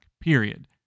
Period